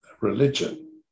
religion